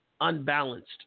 unbalanced